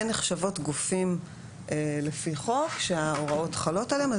הן נחשבות גופים לפי חוק שההוראות חלות עליהן.